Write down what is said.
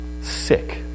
sick